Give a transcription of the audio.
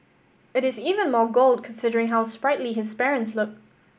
it is even more gold considering how sprightly his parents look